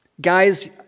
guys